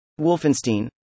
Wolfenstein